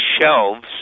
shelves